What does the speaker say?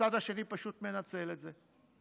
הצד השני פשוט מנצל את זה.